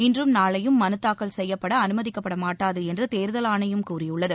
இன்றும் நாளையும் மனுதாக்கல் செய்யப்பட அனுமதிக்கப்படாது என்று தேர்தல் ஆணையம் கூறியுள்ளது